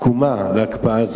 תקומה להקפאה הזאת.